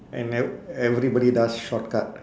and ev~ everybody does shortcut